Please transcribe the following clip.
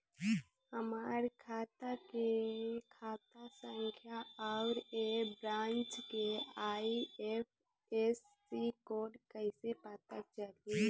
हमार खाता के खाता संख्या आउर ए ब्रांच के आई.एफ.एस.सी कोड कैसे पता चली?